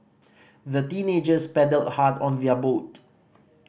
the teenagers paddled hard on their boat